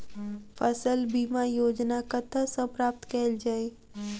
फसल बीमा योजना कतह सऽ प्राप्त कैल जाए?